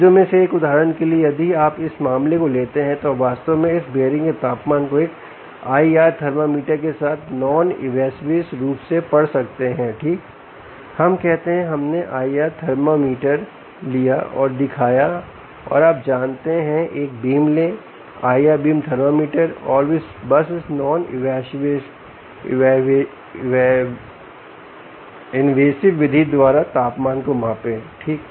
चीजों में से एक उदाहरण के लिए यदि आप इस मामले को लेते हैं तो आप वास्तव में इस बीयरिंग के तापमान को एक IR थर्मामीटर के साथ नॉन इनवेसिव रूप से पढ़ सकते हैं ठीक हम कहते हैं हमने IR थर्मामीटर लिया और दिखाया और आप जानते हैं एक बीम ले IR बीम थर्मामीटर और बस इस नॉन इनवेसिव विधि द्वारा तापमान को मापें ठीक